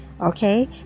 Okay